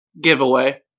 Giveaway